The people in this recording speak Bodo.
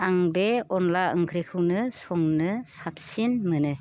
आं बे अनला ओंख्रिखौनो संनो साबसिन मोनो